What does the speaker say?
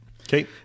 Okay